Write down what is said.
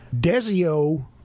Desio